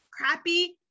crappy